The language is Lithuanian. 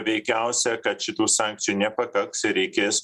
veikiausia kad šitų sankcijų nepakaks ir reikės